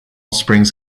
springs